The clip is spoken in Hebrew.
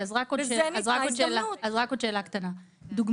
אז עוד שאלה קטנה היום